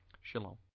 Shalom